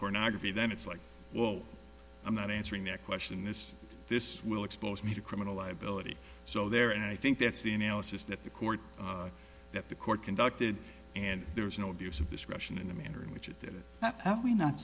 pornography then it's like well i'm not answering that question is this will expose me to criminal liability so there and i think that's the analysis that the court that the court conducted and there was no abuse of discretion in the manner in which